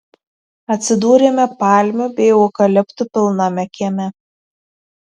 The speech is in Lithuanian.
atsidūrėme palmių bei eukaliptų pilname kieme